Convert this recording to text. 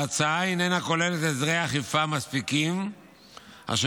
ההצעה איננה כוללת הסדרי אכיפה מספיקים אשר